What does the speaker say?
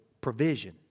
provision